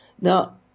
Now